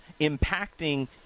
impacting